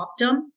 Optum